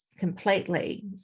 completely